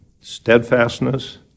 steadfastness